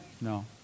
No